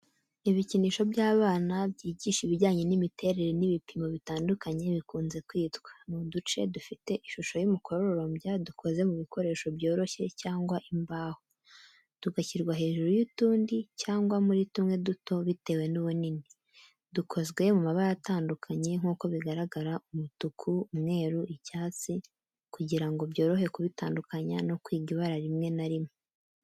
Ibikinisho by'abana byigisha ibijyanye n'imiterere n'ibipimo bitandukanye bikunze kwitwa. Ni uduce dufite ishusho y'umukororombya dukoze mu bikoresho byoroshye cyangwa imbaho, tugashyirwa hejuru y’utundi cyangwa muri tumwe duto bitewe n'ubunini. Dukozwe mu mabara atandukanye nk’uko bigaragara: umutuku, umweru, icyatsi, kugira ngo byorohe kubitandukanya no kwiga ibara rimwe na rimwe.